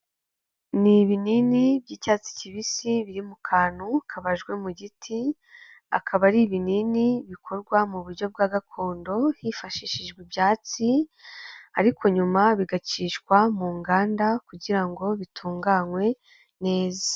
Ni ibinini by'icyatsi kibisi biri mu kantu kabajwe mu giti, akaba ari ibinini bikorwa mu buryo bwa gakondo hifashishijwe ibyatsi, ariko nyuma bigacishwa mu nganda, kugira ngo bitunganywe neza.